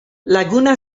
laguna